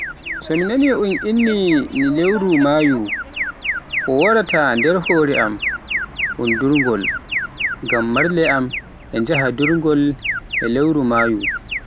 So mi nani un inni ni lewru Mayu ko waraata nder hore am un ndurngol, ngam marle am e njaaha durngol e lewru Mayu.